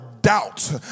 doubt